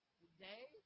today